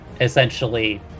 essentially